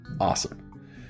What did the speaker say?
awesome